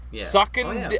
Sucking